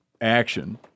action –